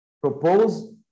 propose